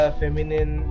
feminine